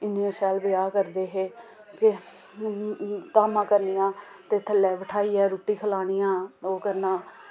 इन्ने शैल ब्याह् करदे हे ते धामां करनियां ते थल्लै बैठाइयै रुट्टी खलानियां ओह् करना